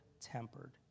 tempered